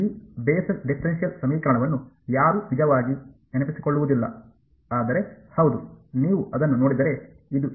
ಈ Bessel differential ಸಮೀಕರಣವನ್ನು ಯಾರೂ ನಿಜವಾಗಿ ನೆನಪಿಸಿಕೊಳ್ಳುವುದಿಲ್ಲ ಆದರೆ ಹೌದು ನೀವು ಅದನ್ನು ನೋಡಿದರೆ ಇದು ಏನು